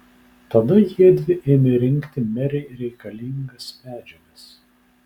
tada jiedvi ėmė rinkti merei reikalingas medžiagas